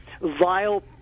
vile